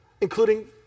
including